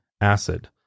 acid